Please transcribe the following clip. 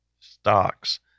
Stocks